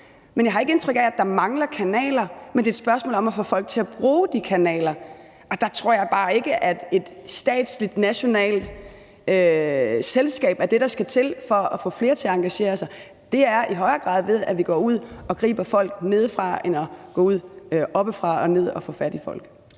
Men jeg har ikke indtryk af, at der mangler kanaler, men det er et spørgsmål om at få folk til at bruge de kanaler. Der tror jeg bare ikke, at et statsligt nationalt selskab er det, der skal til for at få flere til at engagere sig. Det er i højere grad, at vi går ud og griber fat i folk end at gå ud oppefra og ned for at få fat i folk.